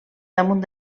damunt